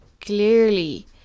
clearly